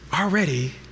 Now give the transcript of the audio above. already